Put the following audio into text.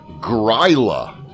Gryla